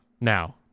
Now